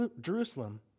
Jerusalem